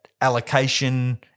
allocation